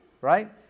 right